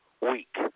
week